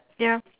ya